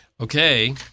okay